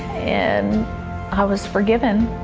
and i was forgiven.